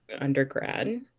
undergrad